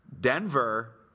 Denver